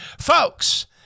Folks